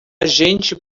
gente